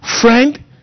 Friend